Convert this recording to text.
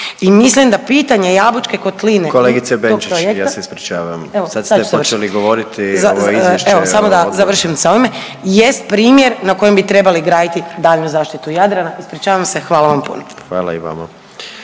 …/Upadica predsjednik: Kolegice Benčić, ja se ispričavam, sad ste počeli govoriti o izvješću…/… Evo samo da završim sa ovime, jest primjer na kojem bi trebali graditi daljnju zaštitu Jadrana, ispričavam se, hvala vam puno. **Jandroković,